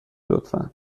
لطفا